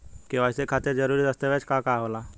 KYC खातिर जरूरी दस्तावेज का का होला?